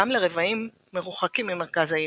גם לרבעים מרוחקים ממרכז העיר.